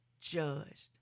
judged